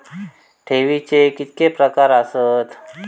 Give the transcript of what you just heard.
ठेवीचे कितके प्रकार आसत?